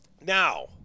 now